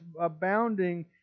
abounding